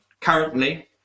currently